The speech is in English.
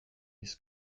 his